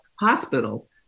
hospitals